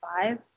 five